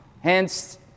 Hence